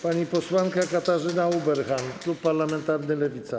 Pani posłanka Katarzyna Uberhan, klub parlamentarny Lewica.